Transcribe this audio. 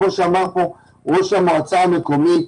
כמו שאמר פה ראש המועצה המקומית,